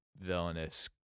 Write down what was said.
villainous